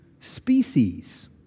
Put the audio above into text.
species